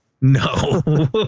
No